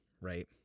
right